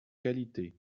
qualité